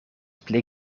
pli